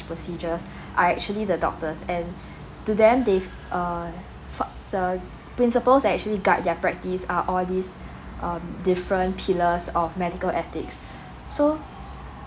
procedures are actually the doctors and to them they uh fo~ the principles that actually guide their practice are all these um different pillars of medical ethics so